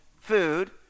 food